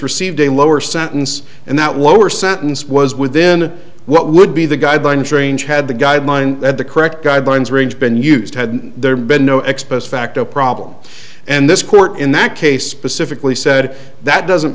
received a lower sentence and that whatever sentence was within what would be the guidelines range had the guideline and the correct guidelines range been used had there been no expose facto problem and this court in that case specifically said that doesn't